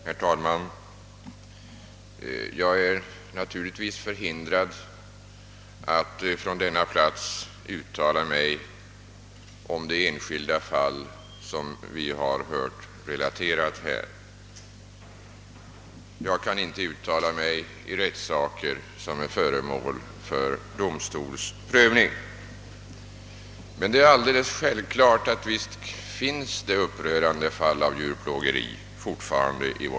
Herr talman! Jag är naturligtvis förhindrad att från denna plats yttra mig om det enskilda fall som vi har hört relateras här. Jag kan inte uttala mig i rättssaker som är föremål för domstols prövning, men det är alldeles självklart, att det fortfarande finns upprörande fall av djurplågeri i vårt land.